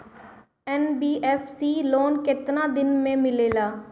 NBFC loan केतना दिन मे मिलेला?